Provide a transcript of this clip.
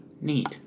Neat